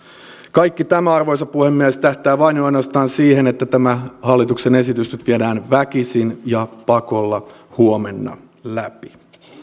kaikki tämä arvoisa puhemies tähtää vain ja ainoastaan siihen että tämä hallituksen esitys nyt viedään väkisin ja pakolla huomenna läpi